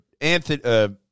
Anthony